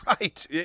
Right